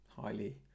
highly